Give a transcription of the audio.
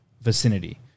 vicinity